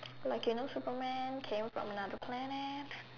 like you know Superman came from another planet